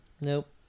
Nope